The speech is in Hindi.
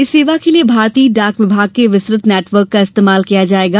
इस सेवा के लिए भारतीय डाक विभाग के विस्तृत नेटवर्क का इस्तेमाल किया जाएगा